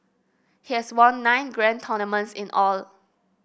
he has won nine grand tournaments in all